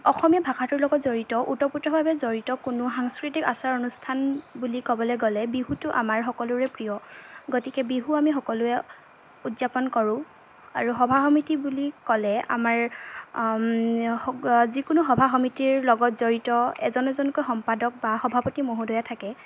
অসমীয়া ভাষাটোৰ লগত জড়িত ওতপ্ৰোতভাৱে জড়িত কোনো সাংস্কৃতিক আচাৰ অনুষ্ঠান বুলি ক'বলৈ গ'লে বিহুটো আমাৰ সকলোৰে প্ৰিয় গতিকে বিহু আমি সকলোৱে উদযাপন কৰোঁ আৰু সভা সমিতি বুলি ক'লে আমাৰ যিকোনো সভা সমিতিৰ লগত জড়িত এজন এজনকৈ সম্পাদক বা সভাপতি মহোদয়া থাকে